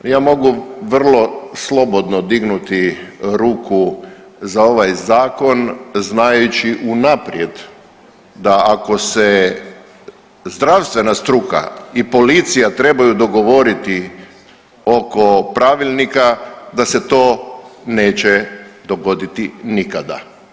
Ja mogu vrlo slobodno dignuti ruku za ovaj zakon znajući unaprijed da ako se zdravstvena struka i policija trebaju dogovoriti oko pravilnika da se to neće dogoditi nikada.